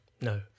No